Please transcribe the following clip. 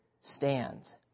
stands